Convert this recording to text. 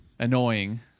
Annoying